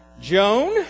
Joan